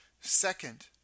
Second